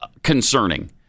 Concerning